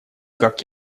как